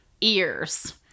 ears